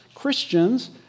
Christians